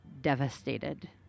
devastated